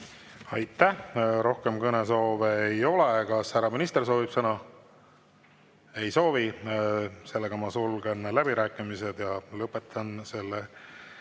Aitäh! Rohkem kõnesoove ei ole. Kas härra minister soovib sõna? Ei soovi. Ma sulgen läbirääkimised ja lõpetan selle